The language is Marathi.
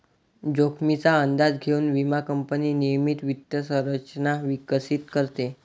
जोखमीचा अंदाज घेऊन विमा कंपनी नियमित वित्त संरचना विकसित करते